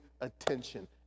attention